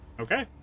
Okay